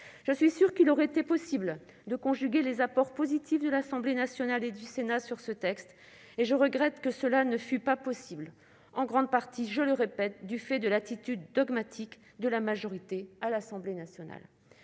Je suis sûre qu'il aurait été possible de conjuguer les apports positifs de l'Assemblée nationale et du Sénat sur ce texte, et je regrette que cela n'ait pas été possible, en grande partie- je le répète -du fait de l'attitude dogmatique de la majorité à l'Assemblée nationale.